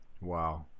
Wow